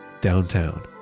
downtown